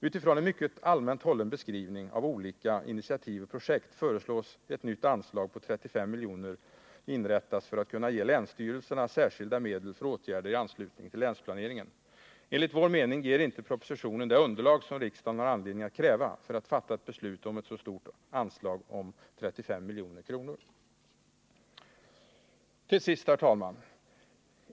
Utifrån en mycket allmänt hållen beskrivning av olika ”initiativ och projekt” föreslås att ett nytt anslag på 35 milj.kr. inrättas för att kunna ge länsstyrelserna särskilda medel för åtgärder i anslutning till länsplaneringen. Enligt vår mening ger inte propositionen det underlag som riksdagen har anledning att kräva för att fatta ett beslut om ett så stort anslag som 35 milj.kr.